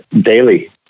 Daily